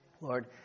Lord